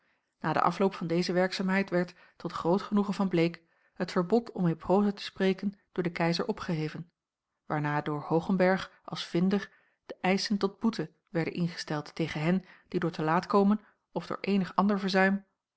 na den afloop van deze werkzaamheid werd tot groot genoegen van bleek het verbod om in proza te spreken door den keizer opgeheven waarna door hoogenberg als vinder de eischen tot boete werden ingesteld tegen hen die door te laat te komen of door eenig ander verzuim